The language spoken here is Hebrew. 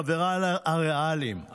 חבריי הריאליים,